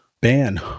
ban